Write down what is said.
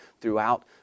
throughout